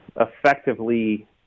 effectively